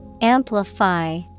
Amplify